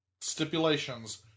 stipulations